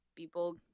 People